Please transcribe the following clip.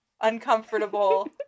uncomfortable